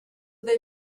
they